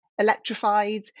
electrified